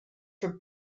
for